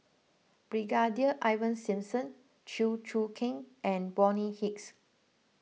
Brigadier Ivan Simson Chew Choo Keng and Bonny Hicks